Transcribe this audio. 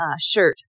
shirt